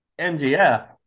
MGF